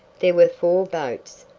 there were four boats,